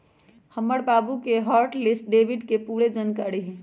हमर बाबु के हॉट लिस्ट डेबिट के पूरे जनकारी हइ